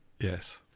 yes